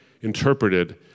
interpreted